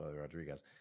Rodriguez